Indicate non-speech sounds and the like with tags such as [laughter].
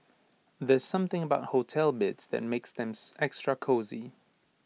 there's something about hotel beds that makes them [unintelligible] extra cosy